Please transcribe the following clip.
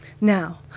Now